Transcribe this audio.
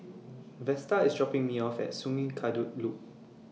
Vesta IS dropping Me off At Sungei Kadut Loop